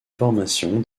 formation